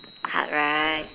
hard right